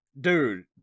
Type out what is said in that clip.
dude